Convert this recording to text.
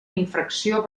infracció